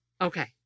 Okay